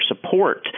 support